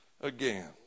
again